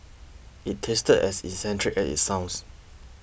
it tasted as eccentric as it sounds